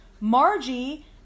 margie